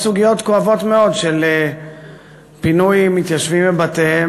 ואשר יכלול סוגיות כואבות מאוד של פינוי מתיישבים מבתיהם,